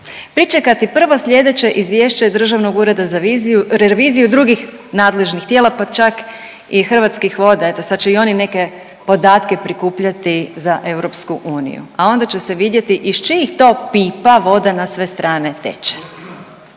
Pričekati prvo sljedeće izvješće Državnog ureda za reviziju drugih nadležnih tijela, pa čak i Hrvatskih voda, eto, sad će i oni neke podatke prikupljati za EU, a onda će se vidjeti iz čijih to pipa na sve strane teče.